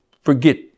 Forget